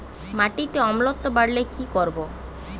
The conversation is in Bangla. মাটিতে অম্লত্ব বাড়লে কি করব?